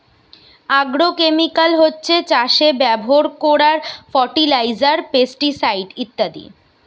agrochemical হচ্ছে চাষে ব্যাভার কোরার ফার্টিলাইজার, পেস্টিসাইড ইত্যাদি